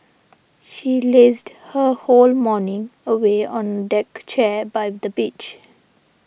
she lazed her whole morning away on a deck chair by the beach